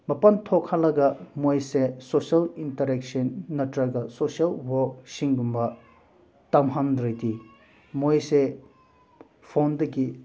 ꯃꯄꯥꯜ ꯊꯣꯛꯍꯜꯂꯒ ꯃꯣꯏꯁꯦ ꯁꯣꯁꯦꯜ ꯏꯟꯇꯔꯦꯛꯁꯟ ꯅꯠꯇ꯭ꯔꯒ ꯁꯣꯁꯦꯜ ꯋꯥꯛꯁꯤꯡꯒꯨꯝꯕ ꯇꯝꯍꯟꯗ꯭ꯔꯗꯤ ꯃꯣꯏꯁꯦ ꯐꯣꯟꯗꯒꯤ